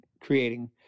creating